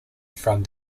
from